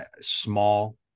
small